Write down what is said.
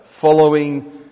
following